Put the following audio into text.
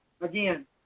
Again